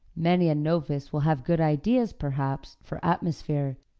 many a novice will have good ideas, perhaps, for atmosphere,